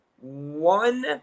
one